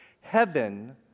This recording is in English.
heaven